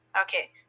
Okay